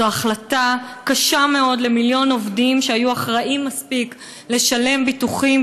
זו החלטה קשה מאוד למיליון עובדים שהיו אחראים מספיק לשלם ביטוחים,